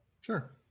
sure